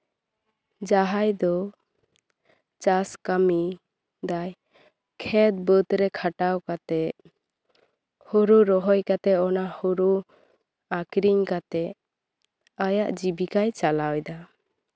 ᱡᱟᱦᱟᱸᱭ ᱫᱚ ᱪᱟᱥ ᱠᱟᱹᱢᱤ ᱫᱟᱭ ᱠᱷᱮᱛ ᱵᱟᱹᱫᱨᱮ ᱠᱷᱟᱴᱟᱣ ᱠᱟᱛᱮᱜ ᱦᱳᱲᱳ ᱨᱚᱦᱚᱭ ᱠᱟᱛᱮᱜ ᱚᱱᱟ ᱦᱳᱲᱳ ᱟᱠᱷᱨᱤᱧ ᱠᱟᱛᱮᱜ ᱟᱭᱟᱜ ᱡᱤᱵᱤᱠᱟᱭ ᱪᱟᱞᱟᱣ ᱮᱫᱟ